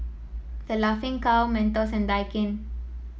The Laughing Cow Mentos and Daikin